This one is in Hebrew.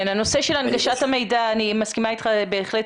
לנושא של הנגשת המידע אני מסכימה איתך בהחלט,